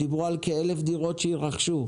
דיברו על כ-1,000 דירות שיירכשו.